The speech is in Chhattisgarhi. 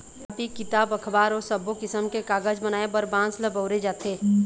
कापी, किताब, अखबार अउ सब्बो किसम के कागज बनाए बर बांस ल बउरे जाथे